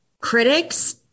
Critics